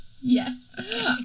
Yes